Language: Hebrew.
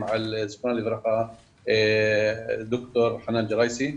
על זיכרונה לברכה ד"ר חנאן ג'ראייסי.